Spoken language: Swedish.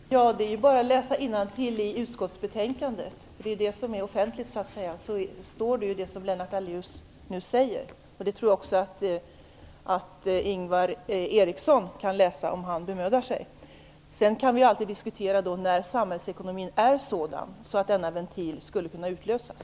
Fru talman! Det är bara att läsa innantill i utskottsbetänkandet, som ju är offentligt. Där står det som Lennart Daléus nu säger. Det kan också Ingvar Eriksson läsa. Vi kan sedan alltid diskutera när samhällsekonomin är sådan att denna ventil skulle kunna utlösas.